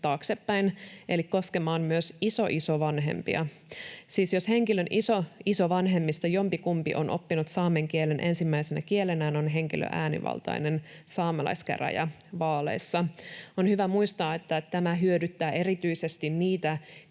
taaksepäin eli koskemaan myös isoisovanhempia. Siis jos henkilön isoisovanhemmista jompikumpi on oppinut saamen kielen ensimmäisenä kielenään, on henkilö äänivaltainen saamelaiskäräjävaaleissa. On hyvä muistaa, että tämä hyödyttää erityisesti niitä